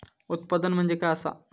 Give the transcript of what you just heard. उत्पादन म्हणजे काय असा?